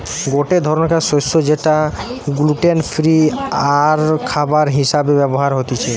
গটে ধরণকার শস্য যেটা গ্লুটেন ফ্রি আরখাবার হিসেবে ব্যবহার হতিছে